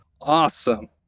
Awesome